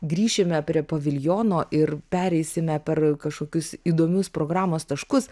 grįšime prie paviljono ir pereisime per kažkokius įdomius programos taškus